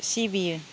सिबियो